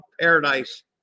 Paradise